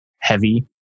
heavy